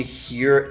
hear